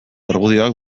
argudioak